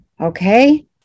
okay